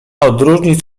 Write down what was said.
odróżnić